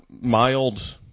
mild